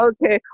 Okay